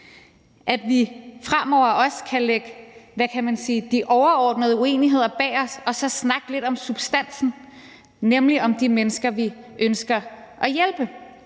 at vi fremover også kan lægge de overordnede uenigheder bag os og snakke lidt om substansen, nemlig om de mennesker, vi ønsker at hjælpe,